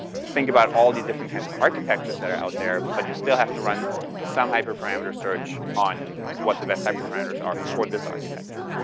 think about all the different kinds of architectures that are out there. but you still have to run some hyperparameter search on what the best type of parameters are for this architecture.